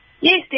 Yes